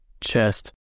chest